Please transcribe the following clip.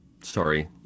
Sorry